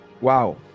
Wow